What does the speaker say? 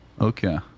Okay